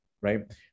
right